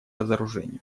разоружению